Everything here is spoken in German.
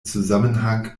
zusammenhang